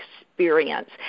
experience